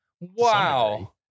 Wow